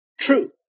true